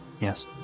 yes